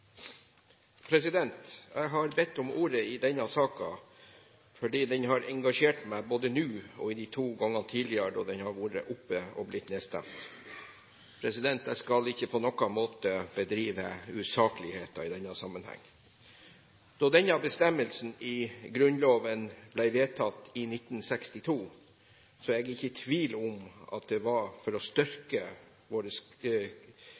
omme. Jeg har bedt om ordet i denne saken fordi den har engasjert meg både nå og de to gangene tidligere da den har vært oppe og blitt nedstemt. Jeg skal ikke på noen måte bedrive usakligheter i denne sammenheng. Da denne bestemmelsen i Grunnloven ble vedtatt i 1962, er jeg ikke i tvil om at det var for å styrke våre